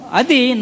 adi